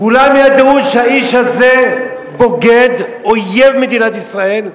כולם ידעו שהאיש הזה בוגד, אויב מדינת ישראל,